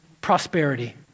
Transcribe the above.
prosperity